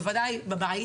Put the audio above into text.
ובוודאי בבית,